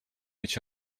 each